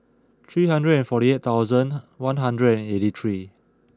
three hundred and forty eight thousand one hundred and eighty three